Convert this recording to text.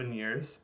years